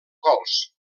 gols